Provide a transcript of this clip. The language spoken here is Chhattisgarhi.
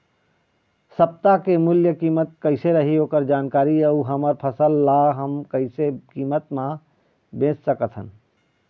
सप्ता के मूल्य कीमत कैसे रही ओकर जानकारी अऊ हमर फसल ला हम कैसे कीमत मा बेच सकत हन?